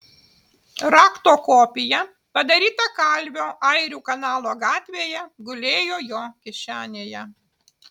rakto kopija padaryta kalvio airių kanalo gatvėje gulėjo jo kišenėje